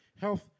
health